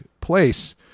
place